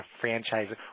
franchise